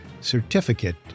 certificate